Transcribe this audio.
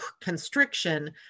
constriction